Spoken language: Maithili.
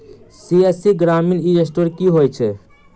सी.एस.सी ग्रामीण ई स्टोर की होइ छै?